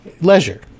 leisure